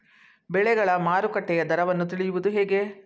ಬೆಳೆಗಳ ಮಾರುಕಟ್ಟೆಯ ದರವನ್ನು ತಿಳಿಯುವುದು ಹೇಗೆ?